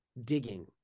digging